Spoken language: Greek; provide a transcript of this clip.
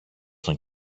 τον